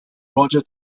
roger